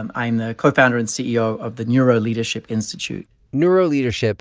i'm i'm the co-founder and ceo of the neuroleadership institute neuroleadership